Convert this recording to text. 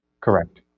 Correct